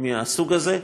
כמעט מהסוג הזה.